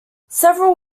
several